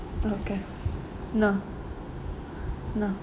okay no no